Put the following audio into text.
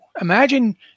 Imagine